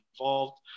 involved